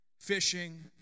fishing